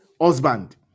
husband